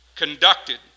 Conducted